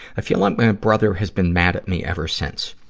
i feel like my brother has been mad at me ever since.